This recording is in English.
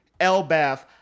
Elbath